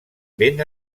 ben